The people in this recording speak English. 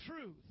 truth